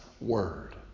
word